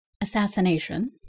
assassination